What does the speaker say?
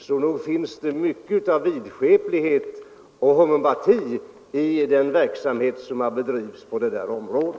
Så nog finns det mycket vidskeplighet och homeopati i den verksamhet som har bedrivits på detta område.